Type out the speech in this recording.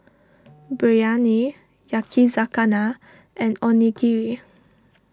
Biryani Yakizakana and Onigiri